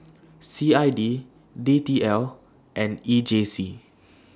C I D D T L and E J C